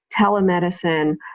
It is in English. telemedicine